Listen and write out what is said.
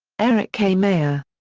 eric k. meyer.